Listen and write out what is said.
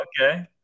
okay